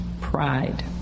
Pride